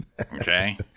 okay